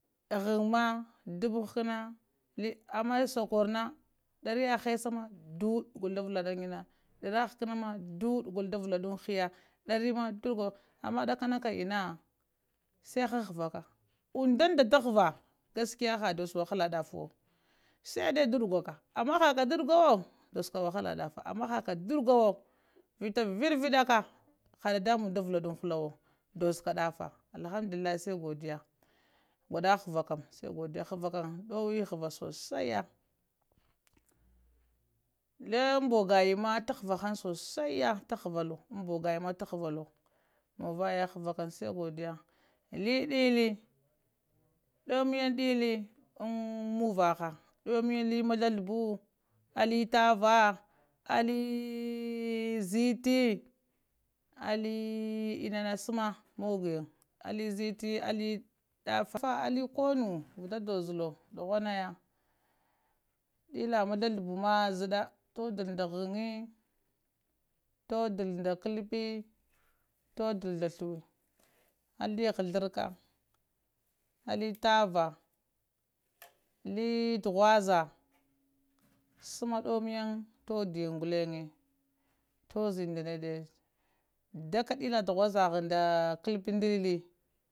Ghəŋ ma dubu həkəna ama skakor na dariyaha hessa ma duɗ gulo da vəlat tina dariya ha hakəna ma duɗ gul da əla ɗa hiya dariya madudgəl ama ɗakana kəm inna sai hahəvaka undaɗa daghavəh gaskiya ha dossa ta wahala ɗaffawo sai dai deɗgwa ka ama hakka t'daɗgwu dosska wahala da slama hakka daguwa vita viɗuiɗa ka ha dadanmbəeŋ da vəlaɗa hull awo doz ka tadaffa alhamdullillah sai godiya gwaɗa həvah kəm sai godiya havah kəm ɗoweh kavah sosanya langn bogayan ma tahavahan sosaiya tahavahlo an bogayiŋ tahaiəht muvayaya. havakəm sai godiya li ɗili ɗammyiŋ dili an muvaha alli mazlazləbu alli tavah alli ziti alli inana sama mugyaŋ alli ziti alli daffa alli konu vita dzovbow dughwanaya dila mazla zlə bu ma zəɗa todə nda ghaŋi toddəl nda kəllpi toddal nda sliwe alli hazlarka alli tavah li tighwaza səma dommanyin toddiyəŋ gulleŋ tughwazayiŋ nda nede ɗaddaka dila tohazaha nda tughwaza kəlpha ŋ ɗili.